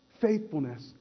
faithfulness